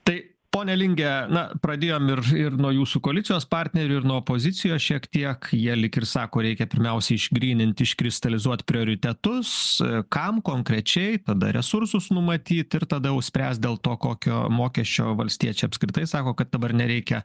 tai pone linge na pradėjom ir ir nuo jūsų koalicijos partnerių ir nuo opozicijos šiek tiek jie lyg ir sako reikia pirmiausia išgryninti iškristalizuot prioritetus kam konkrečiai tada resursus numatyt ir tada spręst dėl to kokio mokesčio valstiečiai apskritai sako kad dabar nereikia